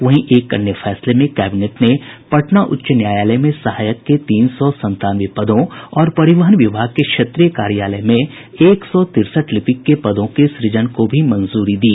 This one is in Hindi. वहीं एक अन्य फैसले में कैबिनेट ने पटना उच्च न्यायालय में सहायक के तीन सौ संतानवे पदों और परिवहन विभाग के क्षेत्रीय कार्यालय में एक सौ तिरसठ लिपिक के पदों के सृजन को भी मंजूरी दी